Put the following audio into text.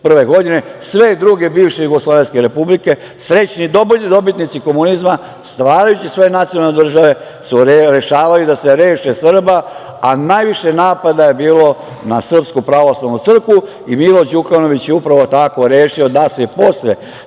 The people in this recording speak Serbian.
1991. godine. Sve druge bivše jugoslovenske republike, srećni dobitnici komunizma, stvarajući svoje nacionalne države rešavaju da se reše Srba, a najviše napada je bilo na SPC i Milo Đukanović je tako rešio da se posle